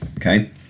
Okay